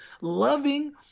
loving